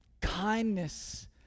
Kindness